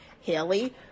Haley